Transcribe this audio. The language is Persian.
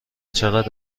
چقد